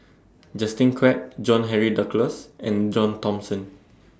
Justin Quek John Henry Duclos and John Thomson